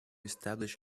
establish